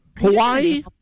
Hawaii